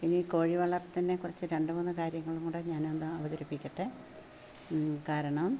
ഇനി കോഴി വളര്ത്തലിനെ കുറിച്ച് രണ്ട് മൂന്ന് കാര്യങ്ങളും കൂടെ ഞാനൊന്ന് അവതരിപ്പിക്കട്ടെ കാരണം